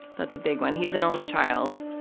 that's a big one. he's an only child.